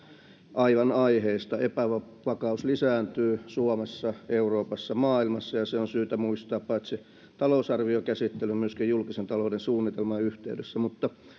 aivan aiheesta epävakaus lisääntyy suomessa euroopassa maailmassa ja se on syytä muistaa paitsi talousarviokäsittelyn myöskin julkisen talouden suunnitelman yhteydessä mutta